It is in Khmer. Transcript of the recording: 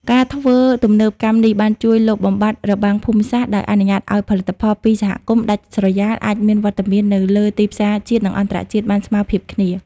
ការធ្វើទំនើបកម្មនេះ បានជួយលុបបំបាត់ "របាំងភូមិសាស្ត្រ" ដោយអនុញ្ញាតឱ្យផលិតផលពីសហគមន៍ដាច់ស្រយាល អាចមានវត្តមាននៅលើទីផ្សារជាតិ និងអន្តរជាតិបានស្មើភាពគ្នា។